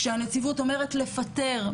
כשהנציבות אומרת לפטר,